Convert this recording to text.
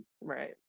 right